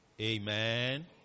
Amen